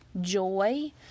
joy